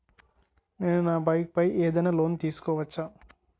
నేను నా బైక్ పై ఏదైనా లోన్ తీసుకోవచ్చా?